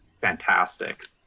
fantastic